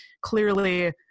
clearly